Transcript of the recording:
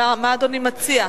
מה אדוני מציע?